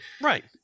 right